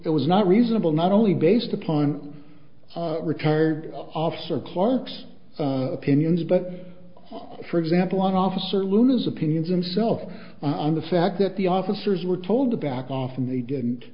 it was not reasonable not only based upon the retired officer clark's opinions but for example on officer luna's opinions and self and the fact that the officers were told to back off and they didn't